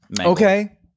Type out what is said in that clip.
Okay